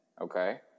Okay